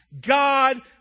God